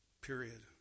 Period